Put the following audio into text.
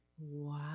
Wow